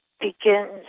begins